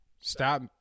Stop